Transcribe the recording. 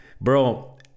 Bro